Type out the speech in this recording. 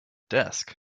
desk